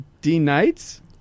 D-knights